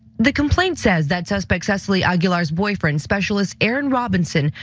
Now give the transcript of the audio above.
the complaint says that suspects cecily aguilar's boyfriend, specialist, aaron robinson,